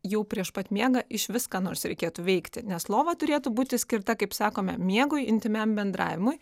jau prieš pat miegą išvis ką nors reikėtų veikti nes lova turėtų būti skirta kaip sakome miegui intymiam bendravimui